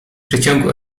przeciągu